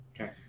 Okay